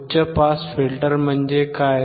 उच्च पास फिल्टर म्हणजे काय